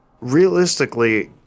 realistically